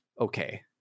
okay